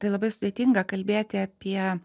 tai labai sudėtinga kalbėti apie